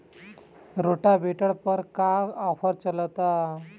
Rotavator पर का offer चलता?